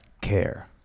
care